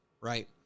right